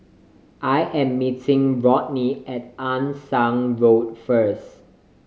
I am meeting Rodney at Ann Siang Road first